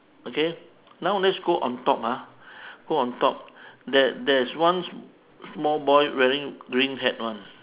okay now let's go on top ah go on top there there is one small boy wearing green hat [one]